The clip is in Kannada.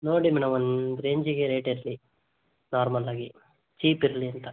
ನೋಡಿ ಮೇಡಮ್ ಒಂದು ರೇಂಜಿಗೆ ರೇಟೇರ್ಸಿ ನಾರ್ಮಲಾಗಿ ಚೀಪಿರ್ಲಿ ಅಂತ